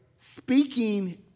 Speaking